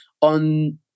on